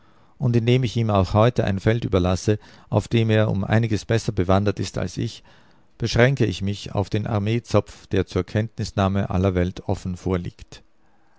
und indem ich ihm auch heute ein feld überlasse auf dem er um einiges besser bewandert ist als ich beschränke ich mich auf den armeezopf der zur kenntnisnahme aller welt offen vorliegt